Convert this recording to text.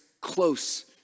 close